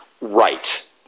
right